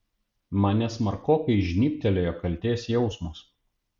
mane smarkokai žnybtelėjo kaltės jausmas